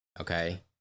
Okay